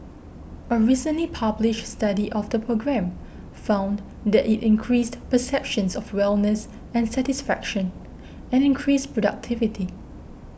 a recently published study of the program found that it increased perceptions of wellness and satisfaction and increased productivity